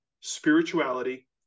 spirituality